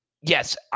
yes